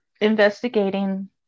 investigating